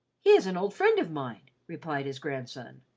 he is an old friend of mine, replied his grandson.